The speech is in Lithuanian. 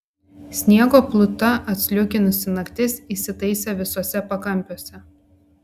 sniego pluta atsliūkinusi naktis įsitaisė visuose pakampiuose